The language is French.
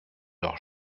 leurs